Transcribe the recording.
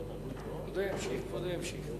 הוא מקשיב.